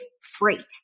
freight